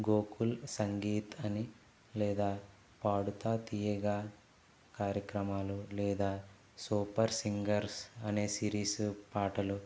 గోకుల్ సంగీత్ అని లేదా పాడుతా తీయగా కార్యక్రమాలు లేదా సూపర్ సింగర్స్ అనే సిరీస్ పాటలు